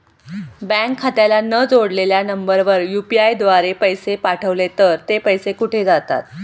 Bank खात्याला न जोडलेल्या नंबरवर यु.पी.आय द्वारे पैसे पाठवले तर ते पैसे कुठे जातात?